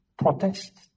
protest